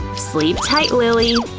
sleep tight, lilly!